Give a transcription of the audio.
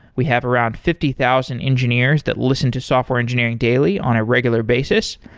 we have around fifty thousand engineers that listen to software engineering daily on a regular basis.